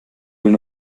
will